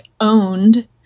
owned